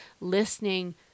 listening